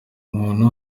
umuntu